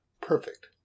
Perfect